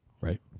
Right